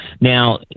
Now